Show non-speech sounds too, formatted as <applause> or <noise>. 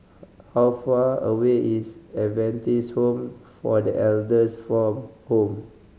<unintelligible> how far away is Adventist Home for The Elders from home